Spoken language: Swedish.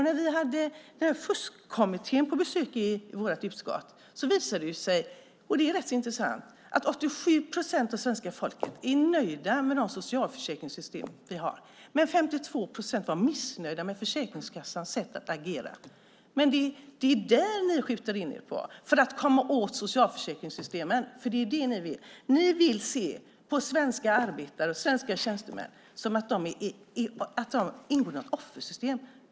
När vi hade fuskkommittén på besök i vårt utskott visade det sig, och det är rätt intressant, att 87 procent av svenska folket är nöjda med de socialförsäkringssystem vi har, men 52 procent var missnöjda med Försäkringskassans sätt att agera. Men det är det ni skjuter in er på för att komma åt socialförsäkringssystemen, för det är det ni vill. Ni vill se på svenska arbetare och svenska tjänstemän som att de ingår i något offersystem.